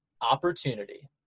opportunity